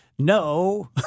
no